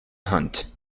hunt